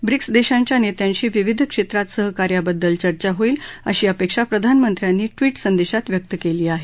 BRICS देशांच्या नेत्यांशी विविध क्षेत्रात सहकार्याबद्दल चर्चा होईल अशी अपेक्षा प्रधानमंत्र्यांनी ट्विटसंदेशात व्यक्त केली आहे